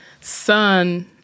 son